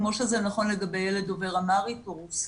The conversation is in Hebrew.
כמו שזה נכון לגבי ילד שדובר אמהרית או רוסית.